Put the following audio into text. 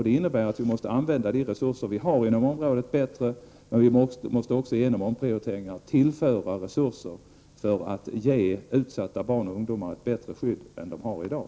Det innebär att vi måste använda de resurser vi har inom området bättre, men vi måste också genom omprioriteringar tillföra resurser för att ge utsatta barn och ungdomar ett bättre skydd än de har i dag.